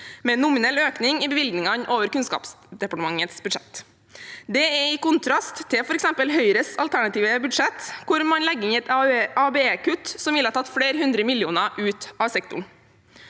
en nominell økning i bevilgningene over Kunnskapsdepartementets budsjett. Dette er i kontrast til f.eks. Høyres alternative budsjett, hvor man legger inn et ABE-kutt som ville tatt flere hundre millioner kroner ut av sektoren.